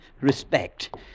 respect